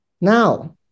now